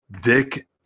Dick